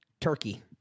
Turkey